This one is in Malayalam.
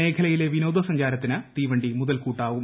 മേഖലയിലെ വിനോദസഞ്ചാരത്തിന് തീവണ്ടി മുതൽക്കൂട്ടാകും